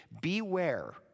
beware